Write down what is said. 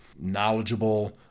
knowledgeable